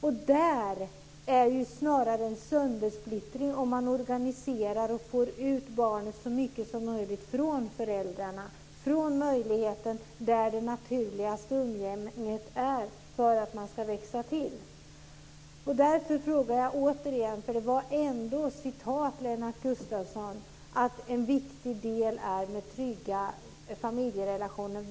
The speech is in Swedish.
Det är snarare fråga om en söndersplittring om det ska organiseras och göras så att barnet förs från föräldrarna - där det naturligaste umgänget sker för att barnet ska växa till. Lennart Gustavsson citerade ändå vad han sagt tidigare om vad som skulle utgöra trygga familjerelationer.